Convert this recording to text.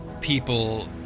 people